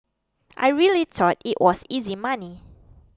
I really thought it was easy money